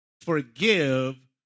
Forgive